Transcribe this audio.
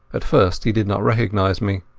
at first he did not recognize me.